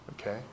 okay